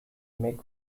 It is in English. make